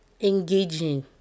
engaging